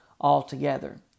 altogether